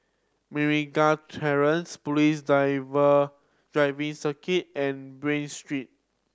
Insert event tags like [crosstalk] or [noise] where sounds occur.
Meragi Terrace Police [unintelligible] Driving Circuit and Bain Street